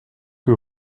que